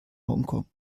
hongkong